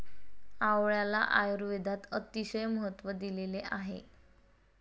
आवळ्याला आयुर्वेदात अतिशय महत्त्व दिलेले आहे